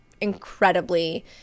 incredibly